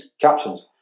captions